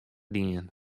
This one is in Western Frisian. dien